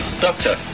doctor